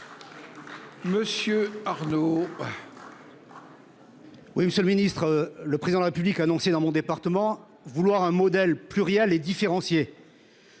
Monsieur Arnaud. Oui, monsieur le Ministre, le président la République annoncé dans mon département vouloir un modèle pluriel et différencier.